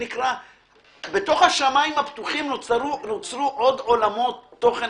בתוך השמיים הפתוחים נוצרו עוד עולמות תוכן